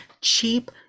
cheap